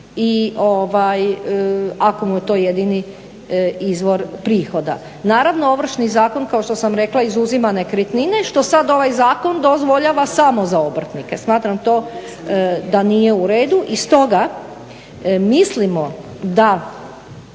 i ako mu je to jedini izvor prihoda. Naravno Ovršni zakon kao što sam rekla izuzima nekretnine što sada ovaj zakon dozvoljava samo za obrtnike. Smatram to da nije u redu. I stoga, mislimo da